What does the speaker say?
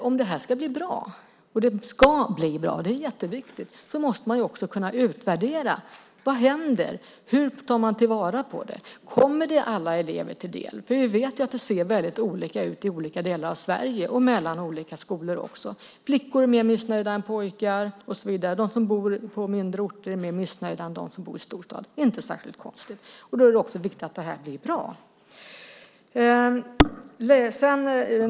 Om det här ska bli bra, och det ska bli bra - det är jätteviktigt - måste man kunna utvärdera hur man tar vara på det, om det kommer alla elever till del. Vi vet ju att det ser väldigt olika ut i olika delar av Sverige och också mellan olika skolor. Flickor är mer missnöjda än pojkar och de som bor på mindre orter är mer missnöjda än de som bor i storstad. Det är inte särskilt konstigt, och då är det viktigt att det här blir bra.